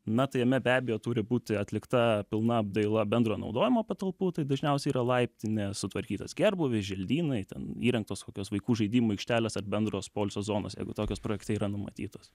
na tai jame be abejo turi būti atlikta pilna apdaila bendro naudojimo patalpų tai dažniausiai yra laiptinė sutvarkytas gerbūvis želdynai ten įrengtos kokios vaikų žaidimų aikštelės ar bendros poilsio zonos jeigu tokios projekte yra numatytos